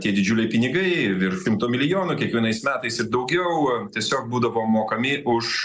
tie didžiuliai pinigai virš šimto milijonų kiekvienais metais ir daugiau tiesiog būdavo mokami už